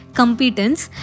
competence